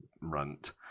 runt